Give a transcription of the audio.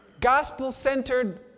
gospel-centered